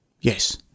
Yes